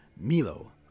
Milo